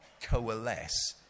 coalesce